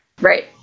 Right